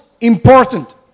important